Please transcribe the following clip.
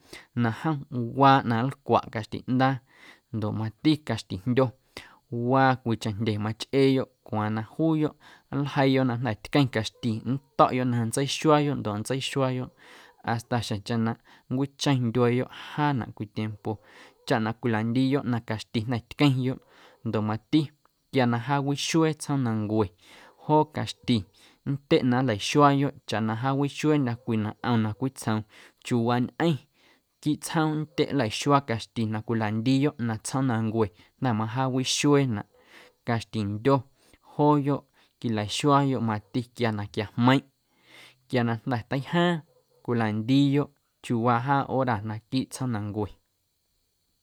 Na jom waa ꞌnaⁿ nlcwaꞌ caxtiꞌndaa ndoꞌ mati caxtijndyo waa cwiicheⁿ jndye machꞌeeyoꞌ cwaaⁿ na juuyoꞌ nljeiiyoꞌ na jnda̱ tqueⁿ caxti nnto̱ꞌyoꞌ na nntseixuaayoꞌ ndoꞌ nntseixuaayoꞌ hasta xjeⁿcheⁿ na nncwicheⁿ ndyueeyoꞌ jaanaꞌ cwii tiempo chaꞌ na cwilandiiyoꞌ na caxti jnda̱ tqueⁿyoꞌ ndoꞌ mati quiana jaawiixuee tsjoomnancue joo caxti nntyeꞌ na nlaxuaayoꞌ chaꞌ na jaawixueeⁿdyo̱ chaꞌ na ꞌom na cwitsjoom chiuuwaañꞌeⁿ quiiꞌ tsjoom nntyeꞌ nlaxuaa caxti na cwilandiiyoꞌ na tsjoomnancue jnda̱ majaawixueenaꞌ caxtindyo jooyoꞌ mati quilaxuaayoꞌ mati quia na quiajmeiⁿꞌ quia na jnda̱ teijaaⁿ cwilandiiyoꞌ chiuuwaa jaa hora naquiiꞌ tsjoomnancue.